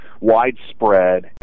widespread